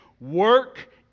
Work